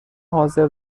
حاضر